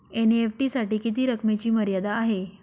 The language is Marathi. एन.ई.एफ.टी साठी किती रकमेची मर्यादा आहे?